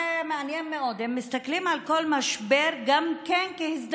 זה מעניין מאוד: הם מסתכלים על כל משבר גם כהזדמנות,